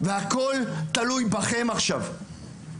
הכל תלוי בכם עכשיו.